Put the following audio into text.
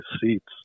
seats